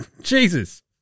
Jesus